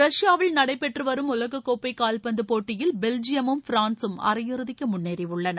ரஷ்யாவில் நடைபெற்று வரும் உலகக் கோப்பை கால்பந்து போட்டியில் பெல்ஜியமும் பிரான்கும் அரையிறுதிக்கு முன்னேறியுள்ளன